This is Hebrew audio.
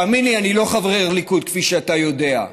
תאמין לי, אני לא חבר ליכוד, כפי שאתה יודע,